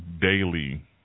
daily